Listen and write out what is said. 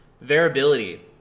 variability